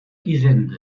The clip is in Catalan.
hisenda